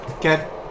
get